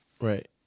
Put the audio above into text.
right